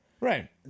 Right